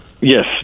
yes